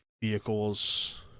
Vehicles